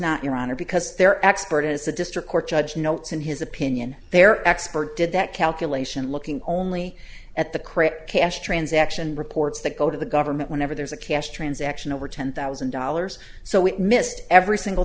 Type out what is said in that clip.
not your honor because their expert is a district court judge notes in his opinion their expert did that calculation looking only at the critic cash transaction reports that go to the government whenever there's a cash transaction over ten thousand dollars so it missed every single